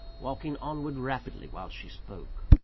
walking onward rapidly while she spoke.